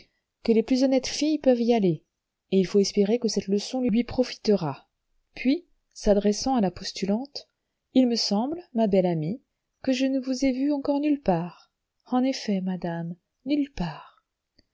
que les plus honnêtes filles peuvent y aller et il faut espérer que cette leçon lui profitera puis s'adressant à la postulante il me semble ma belle amie que je ne vous ai vue encore nulle part en effet madame nulle part